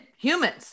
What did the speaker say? humans